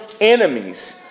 enemies